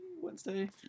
Wednesday